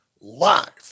live